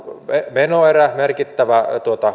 menoerä merkittävä